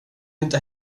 inte